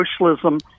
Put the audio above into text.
socialism